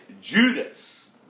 Judas